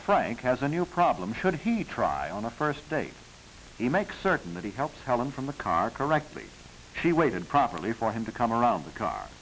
frank has a new problem should he try on a first date to make certain that he helps helen from the car correctly she waited properly for him to come around the car